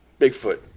Bigfoot